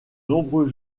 nombreux